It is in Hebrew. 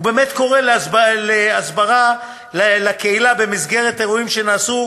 הוא באמת קורא להסברה לקהילה במסגרת אירועים שנעשו